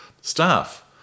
staff